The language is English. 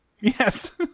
Yes